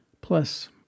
Plus